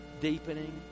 deepening